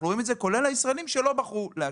כולל הישראלים שלא בחרו לעשן.